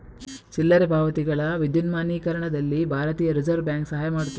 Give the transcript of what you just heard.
ಚಿಲ್ಲರೆ ಪಾವತಿಗಳ ವಿದ್ಯುನ್ಮಾನೀಕರಣದಲ್ಲಿ ಭಾರತೀಯ ರಿಸರ್ವ್ ಬ್ಯಾಂಕ್ ಸಹಾಯ ಮಾಡುತ್ತದೆ